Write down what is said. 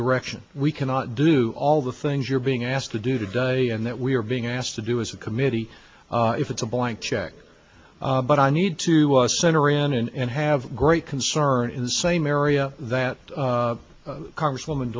direction we cannot do all the things you're being asked to do today and that we are being asked to do as a committee if it's a blank check but i need to us center in an and have great concern in the same area that congresswoman